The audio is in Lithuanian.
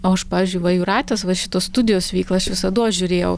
o aš pavyzdžiui va jūratės va šitos studijos veiklą aš visados žiūrėjau